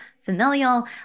familial